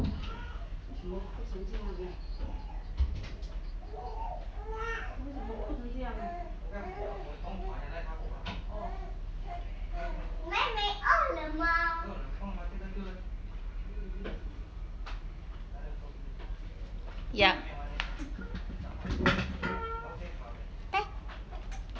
yup